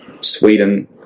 Sweden